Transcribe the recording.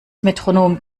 metronom